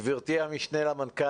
גברתי המשנה למנכ"ל.